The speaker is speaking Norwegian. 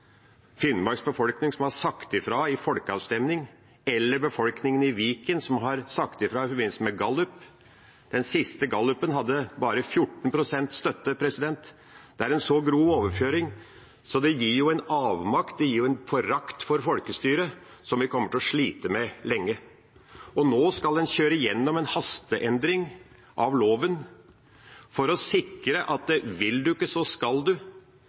som har sagt ifra gjennom folkeavstemning, og befolkningen i Viken, som har sagt ifra i forbindelse med galluper. I den siste gallupen hadde man bare 14 pst. støtte. Dette er en så grov overkjøring at det gir en avmakt, det gir en forakt for folkestyret som vi kommer til å slite med lenge. Nå skal en kjøre igjennom en hasteendring av loven for å sikre at vil du ikke, så skal du!